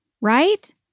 right